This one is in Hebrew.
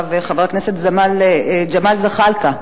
עכשיו, חבר הכנסת ג'מאל זחאלקה.